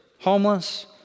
homeless